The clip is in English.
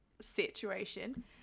situation